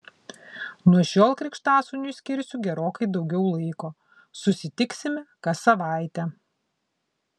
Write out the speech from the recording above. nuo šiol krikštasūniui skirsiu gerokai daugiau laiko susitiksime kas savaitę